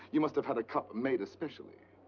you must have had a cup made especially.